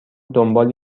دنبال